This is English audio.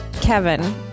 Kevin